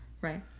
right